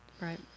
right